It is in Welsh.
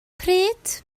pryd